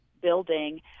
building